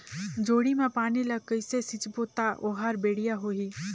जोणी मा पानी ला कइसे सिंचबो ता ओहार बेडिया होही?